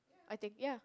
I think ya